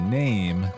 name